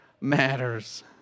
matters